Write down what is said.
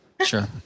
Sure